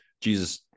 Jesus